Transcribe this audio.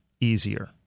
easier